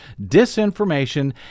disinformation